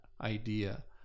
idea